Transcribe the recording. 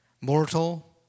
Mortal